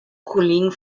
kollegen